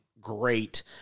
great